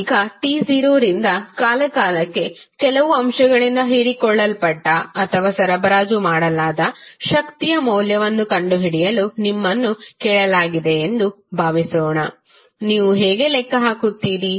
ಈಗ t0 ರಿಂದ ಕಾಲಕಾಲಕ್ಕೆ ಕೆಲವು ಅಂಶಗಳಿಂದ ಹೀರಿಕೊಳ್ಳಲ್ಪಟ್ಟ ಅಥವಾ ಸರಬರಾಜು ಮಾಡಲಾದ ಶಕ್ತಿಯ ಮೌಲ್ಯವನ್ನು ಕಂಡುಹಿಡಿಯಲು ನಿಮ್ಮನ್ನು ಕೇಳಲಾಗಿದೆ ಎಂದು ಭಾವಿಸೋಣ ನೀವು ಹೇಗೆ ಲೆಕ್ಕ ಹಾಕುತ್ತೀರಿ